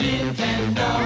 Nintendo